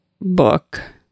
book